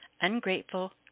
ungrateful